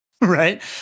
Right